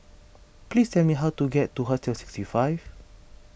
please tell me how to get to Hostel sixty five